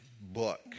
Book